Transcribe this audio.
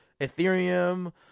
ethereum